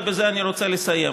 ובזה אני רוצה לסיים.